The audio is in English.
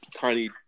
tiny